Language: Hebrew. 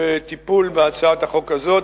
בטיפול בהצעת החוק הזאת,